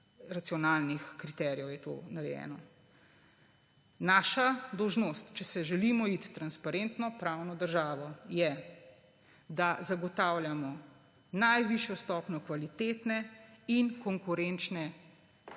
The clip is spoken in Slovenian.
racionalnih kriterijev je to narejeno. Naša dolžnost, če se želimo iti transparentno, pravno državo, je, da zagotavljamo najvišjo stopnjo kvalitetne in konkurenčne